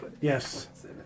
Yes